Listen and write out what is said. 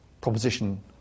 proposition